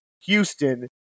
Houston